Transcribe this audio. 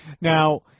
Now